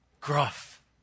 gruff